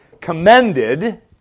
commended